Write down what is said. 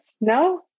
no